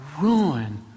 ruin